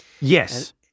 Yes